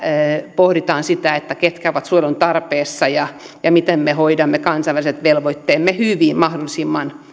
pohditaan sitä ketkä ovat suojelun tarpeessa ja ja miten me hoidamme kansainväliset velvoitteemme mahdollisimman